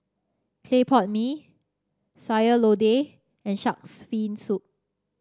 Clay Pot Mee Sayur Lodeh and shark's fin soup